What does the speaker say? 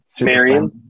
Marion